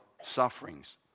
sufferings